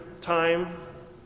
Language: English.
time